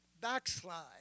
backslide